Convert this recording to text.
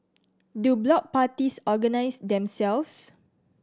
do block parties organise themselves